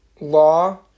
law